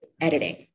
editing